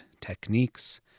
techniques